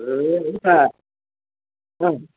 ए हुन्छ